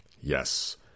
Yes